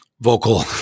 vocal